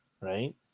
right